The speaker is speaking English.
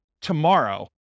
tomorrow